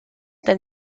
than